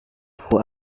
aku